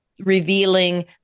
revealing